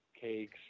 cakes